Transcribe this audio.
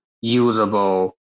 Usable